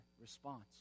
response